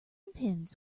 pins